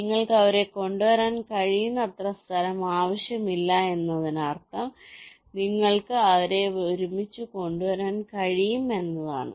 നിങ്ങൾക്ക് അവരെ കൊണ്ടുവരാൻ കഴിയുന്നത്ര സ്ഥലം ആവശ്യമില്ല എന്നതിനർത്ഥം നിങ്ങൾക്ക് അവരെ ഒരുമിച്ച് കൊണ്ടുവരാൻ കഴിയും എന്നാണ്